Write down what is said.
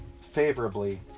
favorably